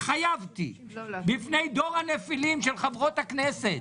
התחייבתי בפני דור הנפילות של חברות הכנסת,